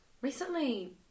recently